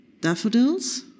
Daffodils